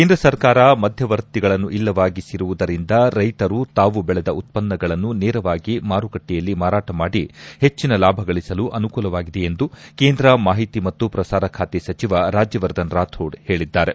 ಕೇಂದ್ರ ಸರ್ಕಾರ ಮಧ್ಯವರ್ತಿಗಳನ್ನು ಇಲ್ಲವಾಗಿಸಿರುವುದರಿಂದ ರೈತರು ತಾವು ಬೆಳೆದ ಉತ್ತನ್ನಗಳನ್ನು ನೇರವಾಗಿ ಮಾರುಕಟ್ಷೆಯಲ್ಲಿ ಮಾರಾಟ ಮಾಡಿ ಹೆಚ್ಚನ ಲಾಭಗಳಿಸಲು ಅನುಕೂಲವಾಗಿದೆ ಎಂದು ಕೇಂದ್ರ ಮಾಹಿತಿ ಮತ್ತು ಪ್ರಸಾರ ಖಾತೆ ಸಚಿವ ರಾಜ್ಯವರ್ಧನ್ ರಾಥೋಡ್ ಹೇಳಿದ್ದಾರೆ